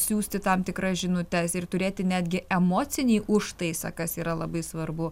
siųsti tam tikras žinutes ir turėti netgi emocinį užtaisą kas yra labai svarbu